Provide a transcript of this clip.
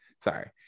Sorry